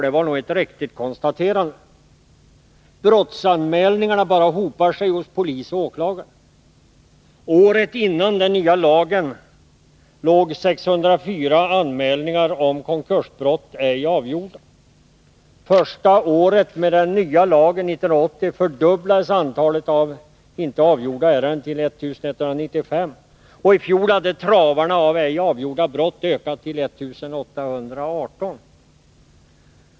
Det är nog ett riktigt konstaterande. Brottsanmälningarna bara hopar sig hos poliser och åklagare. Året före den nya lagen var 604 anmälningar om konkursbrott ej avgjorda. Första året med den nya lagen — 1980 — fördubblades antalet ej avgjorda ärenden till 1195, och i fjol hade travarna av ej utredda brott ökat till 1 818.